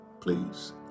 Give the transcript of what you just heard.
please